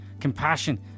compassion